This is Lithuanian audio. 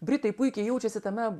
britai puikiai jaučiasi tame